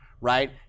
right